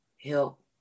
Help